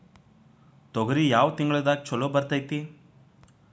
ತೊಗರಿ ಯಾವ ತಿಂಗಳದಾಗ ಛಲೋ ಬೆಳಿತೈತಿ?